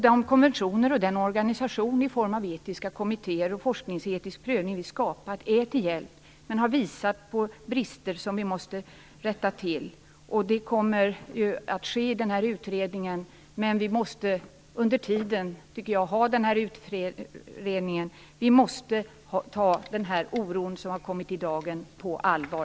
De konventioner och den organisation i form av etiska kommittéer och forskningsetisk prövning som vi har skapat är här till hjälp, men de har visat på brister som vi måste rätta till. Det kommer att ske genom denna utredning. Under tiden måste vi ta den oro som har kommit i dagen på allvar.